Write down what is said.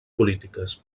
polítiques